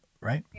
right